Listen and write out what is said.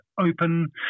open